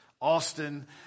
Austin